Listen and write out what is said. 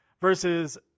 versus